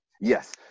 Yes